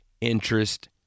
interest